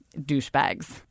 douchebags